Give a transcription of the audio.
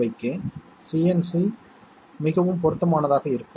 A AND B அவ்வளவு மென்மை இல்லை